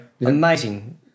Amazing